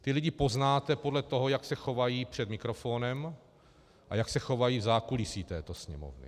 Ty lidi poznáte podle toho, jak se chovají před mikrofonem a jak se chovají v zákulisí této Sněmovny.